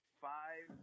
five